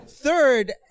Third